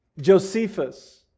Josephus